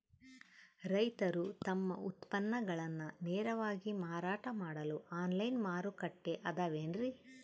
ರೈತರು ತಮ್ಮ ಉತ್ಪನ್ನಗಳನ್ನ ನೇರವಾಗಿ ಮಾರಾಟ ಮಾಡಲು ಆನ್ಲೈನ್ ಮಾರುಕಟ್ಟೆ ಅದವೇನ್ರಿ?